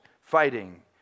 fighting